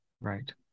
Right